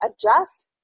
adjust